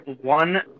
one